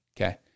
okay